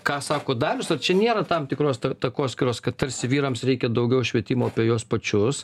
ką sako darius ar čia nėra tam tikros takoskyros kad tarsi vyrams reikia daugiau švietimo apie juos pačius